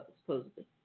supposedly